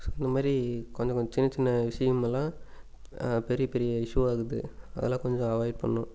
இந்த மாதிரி கொஞ்சம் கொஞ்சம் சின்ன சின்ன விஷயமெல்லாம் பெரிய பெரிய இஷுவாகுது அதெல்லாம் கொஞ்சம் அவாய்ட் பண்ணணும்